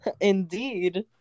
Indeed